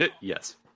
Yes